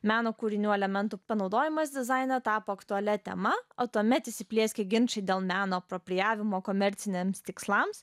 meno kūrinių elementų panaudojimas dizaine tapo aktualia tema o tuomet įsiplieskia ginčai dėl meno propagavimo komerciniams tikslams